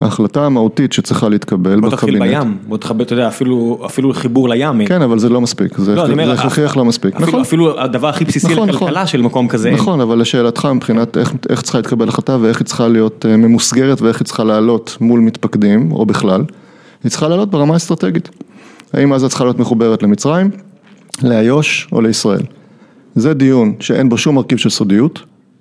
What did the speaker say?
ההחלטה המהותית שצריכה להתקבל בקבינט. לא תכחיל בים, לא תכחיל, אתה יודע, אפילו חיבור לים. כן, אבל זה לא מספיק. לא, אני אומר לך, אפילו הדבר הכי בסיסי, ההלכלה של מקום כזה. נכון, אבל לשאלתך מבחינת איך צריכה להתקבל החלטה ואיך היא צריכה להיות ממוסגרת ואיך היא צריכה לעלות מול מתפקדים, או בכלל, היא צריכה לעלות ברמה אסטרטגית. האם עזה צריכה להיות מחוברת למצרים, לאיוש או לישראל? זה דיון שאין בו שום מרכיב של סודיות?